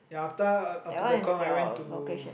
ya after uh after Tekong I went to